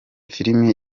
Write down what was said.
filimi